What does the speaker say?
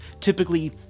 typically